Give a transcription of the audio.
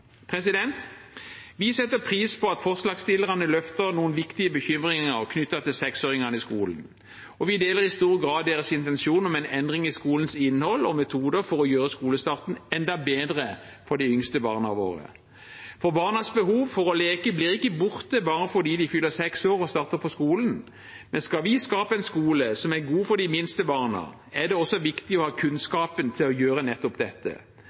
Vi setter pris på at forslagsstillerne løfter noen viktige bekymringer knyttet til seksåringene i skolen, og vi deler i stor grad deres intensjon om en endring i skolens innhold og metoder for å gjøre skolestarten enda bedre for de minste barna våre. For barnas behov for å leke blir ikke borte bare fordi de fyller seks år og starter på skolen. Skal vi skape en skole som er god for de minste barna, er det også viktig å ha kunnskapen til å gjøre nettopp dette.